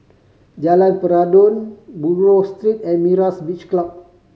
Jalan Peradun Buroh Street and Myra's Beach Club